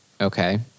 okay